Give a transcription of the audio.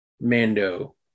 Mando